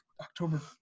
October